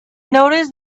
noticed